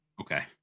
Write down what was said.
okay